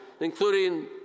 including